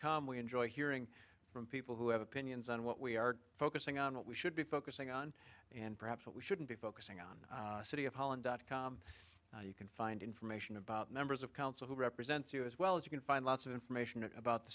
com we enjoy hearing from people who have opinions on what we are focusing on what we should be focusing on and perhaps what we shouldn't be focusing on the city of holland dot com you can find information about members of council who represents you as well as you can find lots of information about the